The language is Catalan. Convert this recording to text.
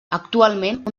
actualment